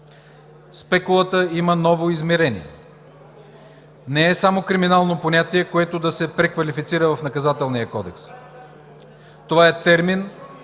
Спекулата има ново измерение. Не е само криминално понятие, което да се преквалифицира в Наказателния кодекс. Това е термин